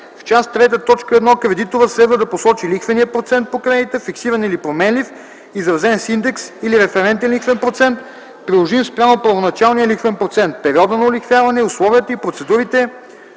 В част ІІІ, т. 1 кредиторът следва да посочи лихвения процент по кредита - фиксиран или променлив (изразен с индекс или референтен лихвен процент, приложим спрямо първоначалния лихвен процент), периода на олихвяване, условията и процедурата